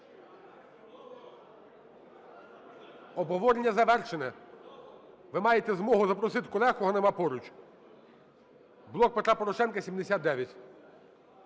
Обговорення завершене. Ви маєте змогу запросити колег, кого нема поруч. "Блок Петра Порошенка" –